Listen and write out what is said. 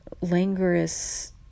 languorous